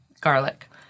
garlic